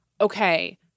okay